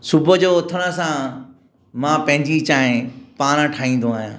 सुबुह जो उथण सां मां पंहिंजी चांहि पाणि ठाहींदो आहियां